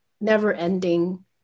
never-ending